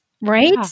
Right